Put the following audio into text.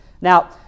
now